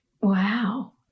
Wow